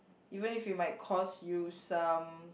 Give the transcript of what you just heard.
even if we might cause you some